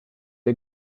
der